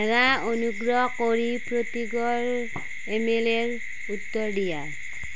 হেৰা অনুগ্ৰহ কৰি প্ৰতীকৰ ই মেইলৰ উত্তৰ দিয়া